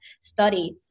study